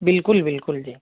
بالکل بالکل جی